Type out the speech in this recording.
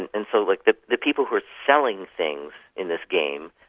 and and so like the the people who are selling things in this game,